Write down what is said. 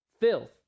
filth